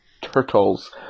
Turtles